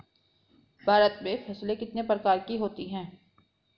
भारत में फसलें कितने प्रकार की होती हैं?